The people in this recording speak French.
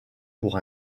pour